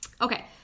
Okay